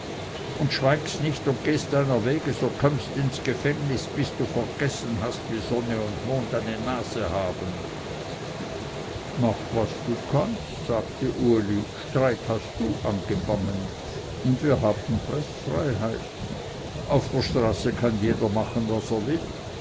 und schweigst nicht und gehst deiner wege so kömmst ins gefängnis bis du vergessen hast wie sonne und mond eine nase haben mach was kannst sagte uli streit hast du angefangen und wir haben preßfreiheit auf der straße kann jeder machen was er will